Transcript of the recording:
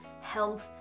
health